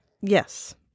Yes